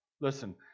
Listen